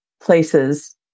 places